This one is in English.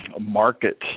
market